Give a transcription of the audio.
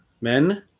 men